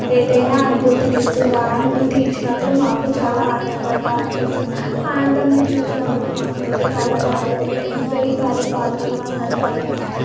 ఏదైనా అనుభూతినిస్తుంది అనుభూతి ఇచ్చినప్పుడు మాకు చాలా ఆనందంగా అనిపిస్తుంది ఆనందాన్ని చూసినప్పుడు మా ముందు కాలాల వాళ్ళు కూడా ఇవే ఇవ్వాలి పాత్రలు అన్నట్టు అనిపిస్తుంది